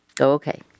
Okay